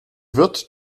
wird